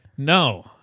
No